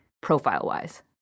profile-wise